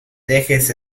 dejes